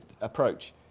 approach